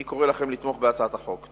אני קורא לכם לתמוך בהצעת החוק.